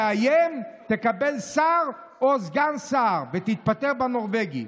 תאיים, תקבל שר או סגן שר ותתפטר בנורבגי.